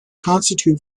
constitute